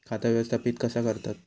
खाता व्यवस्थापित कसा करतत?